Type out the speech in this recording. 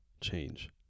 change